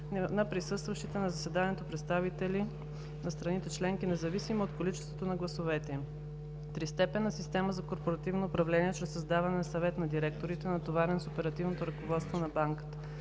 на присъстващите на заседанието представители на страните членки независимо от количеството на гласовете им); тристепенна система за корпоративно управление чрез създаване на Съвет на директорите, натоварен с оперативното ръководство на Банката.